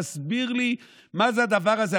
תסביר לי מה זה הדבר הזה.